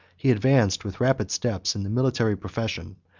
he advanced with rapid steps in the military profession,